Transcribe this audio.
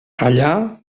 allà